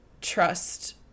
trust